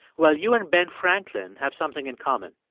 well, you and ben franklin have something in common.